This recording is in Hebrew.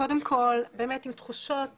קודם כל באמת עם תחושות